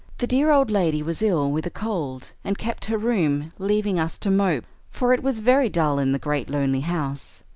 the dear old lady was ill with a cold and kept her room, leaving us to mope, for it was very dull in the great lonely house.